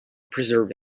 preserve